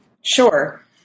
Sure